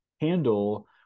handle